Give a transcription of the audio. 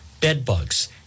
bedbugs